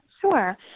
Sure